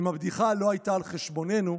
אם הבדיחה לא הייתה על חשבוננו,